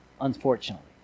unfortunately